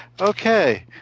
Okay